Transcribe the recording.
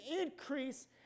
increase